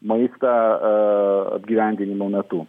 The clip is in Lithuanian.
maistą apgyvendinimo metu